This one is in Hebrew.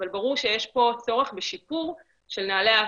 אבל ברור שיש פה צורך בשיפור של נהלי האבטחה.